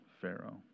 Pharaoh